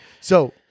So-